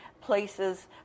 places